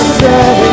say